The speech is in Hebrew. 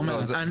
אני